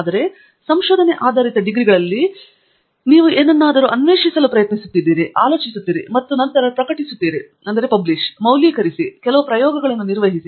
ಆದರೆ ಸಂಶೋಧನೆ ಆಧಾರಿತ ಡಿಗ್ರಿಗಳಲ್ಲಿ ನೀವು ಏನನ್ನಾದರೂ ಅನ್ವೇಷಿಸಲು ಪ್ರಯತ್ನಿಸುತ್ತಿದ್ದೀರಿ ಆಲೋಚಿಸುತ್ತೀರಿ ಮತ್ತು ನಂತರ ಪ್ರಕಟಿಸಿ ಮೌಲ್ಯೀಕರಿಸಿ ಕೆಲವು ಪ್ರಯೋಗಗಳನ್ನು ನಿರ್ವಹಿಸಿ